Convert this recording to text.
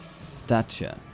Stature